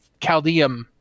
Chaldeum